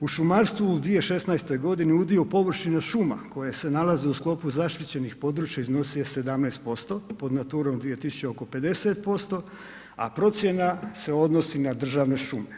U šumarstvu u 2016. g. udio površine šuma koji se nalaze u sklopu zaštićenih područja iznosio je 17%, pod naturom 2000 oko 50%, a procjena se odnosi na državne šume.